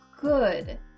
Good